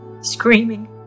Screaming